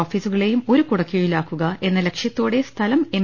ഓഫീസുകളെയും ഒരു കുടക്കീഴിലാക്കുക എന്ന ലക്ഷ്യത്തോടെ സ്ഥലം എം